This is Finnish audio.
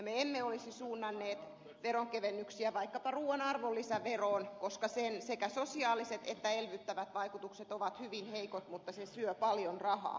me emme olisi suunnanneet veronkevennyksiä vaikkapa ruuan arvonlisäveroon koska sen sekä sosiaaliset että elvyttävät vaikutukset ovat hyvin heikot mutta se syö paljon rahaa